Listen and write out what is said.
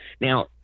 Now